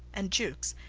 and jukes,